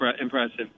impressive